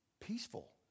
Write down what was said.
peaceful